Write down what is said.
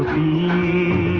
e.